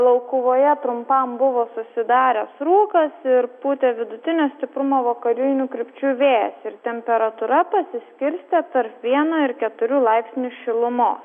laukuvoje trumpam buvo susidaręs rūkas ir pūtė vidutinio stiprumo vakarinių krypčių vėjas ir temperatūra pasiskirstė tarp vieno ir keturių laipsnių šilumos